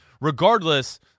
Regardless